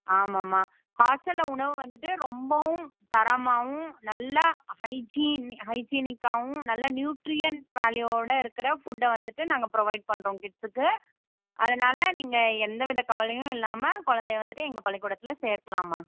ஆமாம்மா ஹாஸ்ட்டலில் உணவு வந்துவிட்டு ரொம்பவும் தரமாகவும் நல்லா ஹைஜீன் ஹைஜீனிக்காகவும் நல்லா நியூட்ரியண்ட் வேல்யூவோட இருக்கற ஃபுட்டை வந்துவிட்டு நாங்கள் ப்ரொவைட் பண்ணுறோம் கிட்ஸுக்கு அதனால் நீங்கள் எந்த வித கவலையும் இல்லாமல் குழந்தைய வந்துவிட்டு எங்கள் பள்ளிக்கூடத்தில் சேர்கலாம்மா